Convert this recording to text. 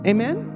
Amen